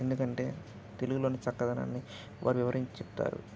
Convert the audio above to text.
ఎందుకంటే తెలుగులోని చక్కదనాన్ని వారు వివరించి చెప్తారు